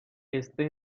este